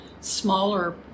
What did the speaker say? smaller